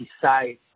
decide